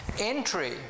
Entry